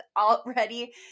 already